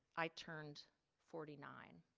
i turned forty nine.